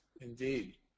Indeed